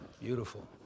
Beautiful